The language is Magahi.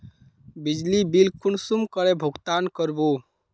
बिजली बिल कुंसम करे भुगतान कर बो?